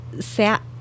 sat